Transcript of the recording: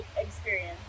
experience